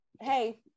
Hey